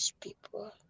people